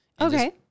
Okay